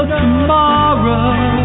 tomorrow